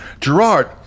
gerard